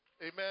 amen